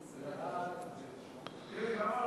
סעיף 1